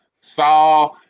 saw